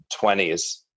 20s